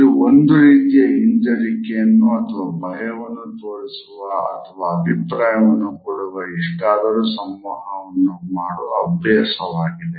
ಇದು ಒಂದು ರೀತಿಯ ಹಿಂಜರಿಕೆಯನ್ನು ಅಥವಾ ಭಯವನ್ನು ತೋರಿಸುವ ಅಥವಾ ಅಭಿಪ್ರಾಯವನ್ನು ಕೊಡುವ ಇಷ್ಟಾದರೂ ಸಂವಹನವನ್ನು ಮಾಡು ಅಭ್ಯಾಸವಾಗಿದೆ